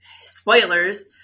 spoilers